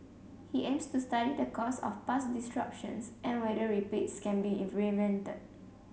he aims to study the cause of past disruptions and whether repeats can be in prevented